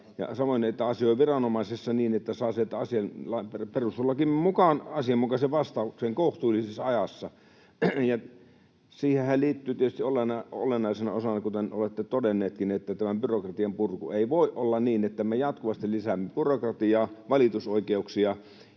samoin asiointi viranomaisessa niin, että saa sieltä perustuslain mukaan asianmukaisen vastauksen kohtuullisessa ajassa. Siihenhän liittyy tietysti olennaisena osana, kuten olette todenneetkin, tämä byrokratian purku. Ei voi olla niin, että me jatkuvasti lisäämme byrokratiaa, valitusoikeuksia,